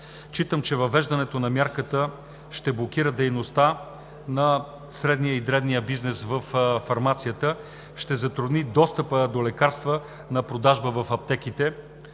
Считам, че въвеждането на мярката ще блокира дейността на средния и дребния бизнес във фармацията, ще затрудни достъпа до лекарства на продажба в аптеките.